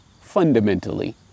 fundamentally